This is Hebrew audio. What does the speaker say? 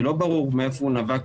שלא ברור מאיפה נבע,